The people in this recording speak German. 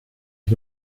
ich